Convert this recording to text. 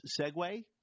segue